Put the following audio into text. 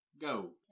go